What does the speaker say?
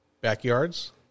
backyards